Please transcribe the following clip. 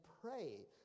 pray